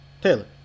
Taylor